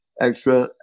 extra